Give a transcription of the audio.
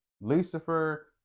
Lucifer